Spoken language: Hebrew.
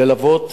ללוות,